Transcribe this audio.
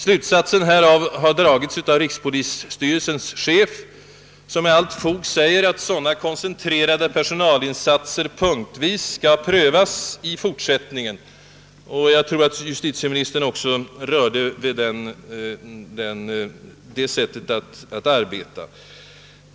Slutsatsen härav har dragits av rikspolisstyrelsens chef som med allt fog säger att sådana koncentrerade personalinsatser punktvis skall prövas i fortsätt ningen, och jag tror att justitieministern också rekommenderade det arbetssättet.